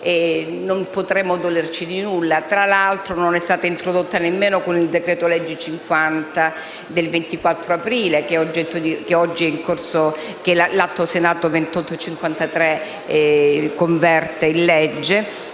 non potremmo dolerci di nulla. Tra l'altro, non è stata introdotta nemmeno con il decreto-legge n. 50 del 24 aprile 2017, che oggi l'Atto Senato 2853 converte in legge.